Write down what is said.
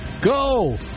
Go